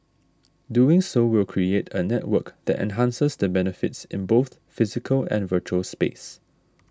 doing so will create a network that enhances the benefits in both physical and virtual space